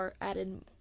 added